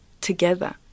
together